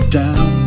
down